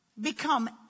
become